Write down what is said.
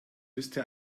liste